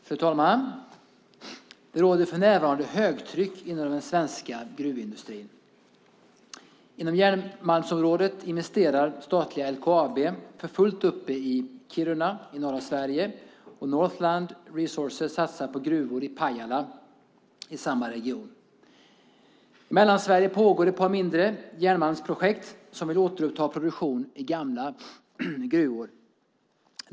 Fru talman! Det råder för närvarande högtryck inom den svenska gruvindustrin. Inom järnmalmsområdet investerar statliga LKAB för fullt uppe i Kiruna i norra Sverige, och Northland Resources satsar på gruvor i Pajala i samma region. I Mellansverige pågår ett par mindre järnmalmsprojekt. Man vill återuppta produktion i gamla gruvor.